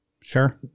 sure